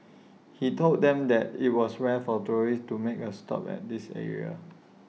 he told them that IT was rare for tourists to make A stop at this area